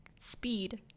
Speed